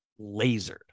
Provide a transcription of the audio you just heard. lasered